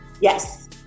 Yes